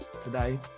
today